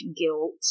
guilt